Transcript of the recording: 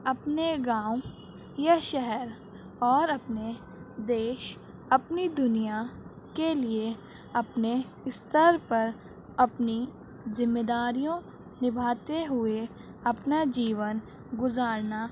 اپنے گاؤں یا شہر اور اپنے دیش اپنی دنیا کے لیے اپنے استر پر اپنی ذمے داریوں نبھاتے ہوئے اپنا جیون گزارنا